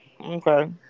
okay